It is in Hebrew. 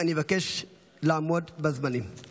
מרים את ידיו ומפציר בפני חיילים שהגיעו לזירה לא לירות בו.